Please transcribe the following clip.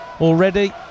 already